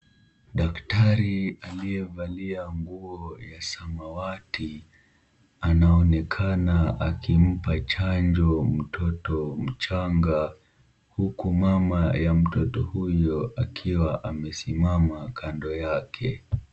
Daktari aliyevalia nguo ya samawati anaonekana akimpa chanjo mtoto mchanga, huku mama ya mtoto huyo akiwa amesimama kando yake.